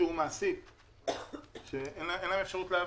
אישור מעסיק שאין להם אפשרות להביא.